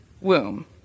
womb